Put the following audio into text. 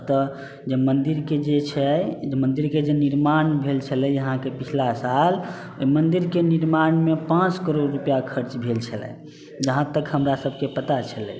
ओतऽ जे मन्दिरके जे छै जे मन्दिरके जे निर्माण भेल छलै अहाँके पछिला साल ओहि मन्दिरके निर्माणमे पाँच करोड़ रुपैआ खर्च भेल छलै जहाँ तक हमरा सबके पता छलै